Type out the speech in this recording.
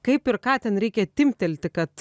kaip ir ką ten reikia timptelti kad